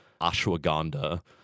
ashwagandha